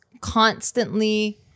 constantly